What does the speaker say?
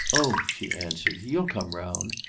oh, she answered, you'll come round!